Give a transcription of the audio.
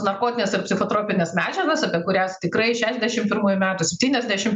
narkotinės ir psichotropinės medžiagos apie kurias tikrai šešiasdešim pirmųjų metų septyniasdešim